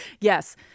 Yes